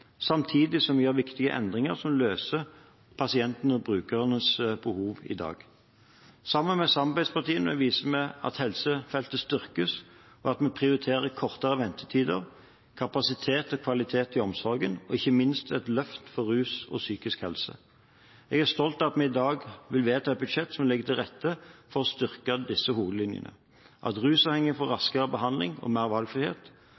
samtidig som vi gjør viktige endringer som løser pasientenes og brukernes behov i dag. Sammen med samarbeidspartiene viser vi at helsefeltet styrkes, og at vi prioriterer kortere ventetider, kapasitet og kvalitet i omsorgen og ikke minst et løft for rus og psykisk helse. Jeg er stolt av at vi i dag vil vedta et budsjett som legger til rette for å styrke disse hovedlinjene: at rusavhengige får raskere behandling og mer valgfrihet